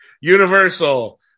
Universal